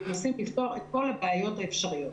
ומנסים לפתור את כל הבעיות האפשריות.